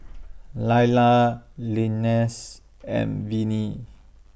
Laila Linsey and Vinnie